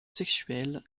sexuel